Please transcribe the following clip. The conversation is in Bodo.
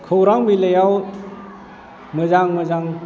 खौरां बिलाइआव मोजां मोजां